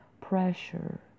pressure